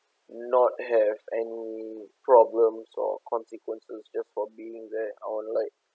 not have any problems or consequences just for being there I'll like